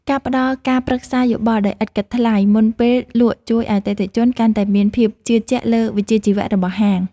ការផ្តល់ការប្រឹក្សាយោបល់ដោយឥតគិតថ្លៃមុនពេលលក់ជួយឱ្យអតិថិជនកាន់តែមានភាពជឿជាក់លើវិជ្ជាជីវៈរបស់ហាង។